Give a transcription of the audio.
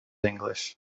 english